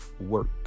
work